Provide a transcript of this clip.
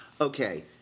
Okay